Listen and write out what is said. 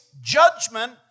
judgment